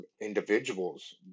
individuals